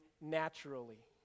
naturally